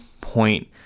point